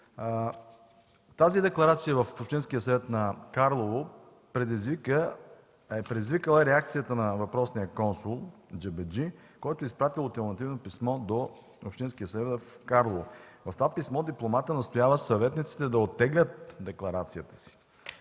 още! Декларацията на Общинския съвет на Карлово е предизвикала реакцията на въпросния консул Джебеджи, който е изпратил ултимативно писмо до Общинския съвет в Карлово. В това писмо дипломатът настоява съветниците да оттеглят декларацията си.